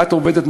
את עובדת,